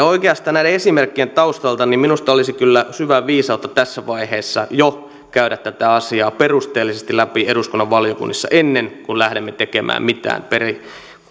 oikeastaan näiden esimerkkien taustalta minusta olisi kyllä syvää viisautta tässä vaiheessa jo käydä tätä asiaa perusteellisesti läpi eduskunnan valiokunnissa ennen kuin lähdemme tekemään mitään